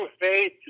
faith